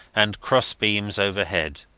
and cross-beams overhead,